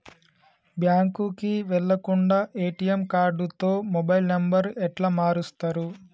బ్యాంకుకి వెళ్లకుండా ఎ.టి.ఎమ్ కార్డుతో మొబైల్ నంబర్ ఎట్ల మారుస్తరు?